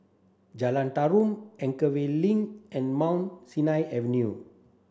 Jalan Tarum Anchorvale Link and Mount Sinai Avenue